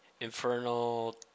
Infernal